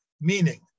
meaning